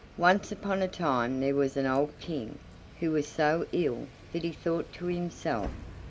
once upon a time there was an old king who was so ill that he thought to himself,